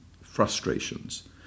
frustrations